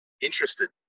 interested